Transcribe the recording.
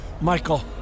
Michael